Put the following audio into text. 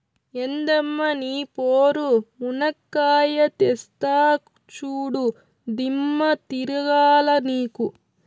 ఎందమ్మ నీ పోరు, మునక్కాయా తెస్తా చూడు, దిమ్మ తిరగాల నీకు